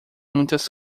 muitas